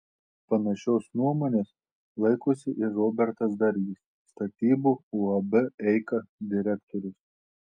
panašios nuomonės laikosi ir robertas dargis statybų uab eika direktorius